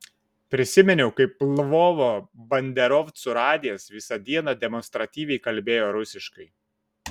prisiminiau kaip lvovo banderovcų radijas visą dieną demonstratyviai kalbėjo rusiškai